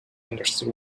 understood